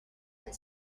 and